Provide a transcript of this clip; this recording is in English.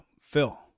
Phil